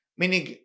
meaning